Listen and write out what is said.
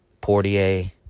Portier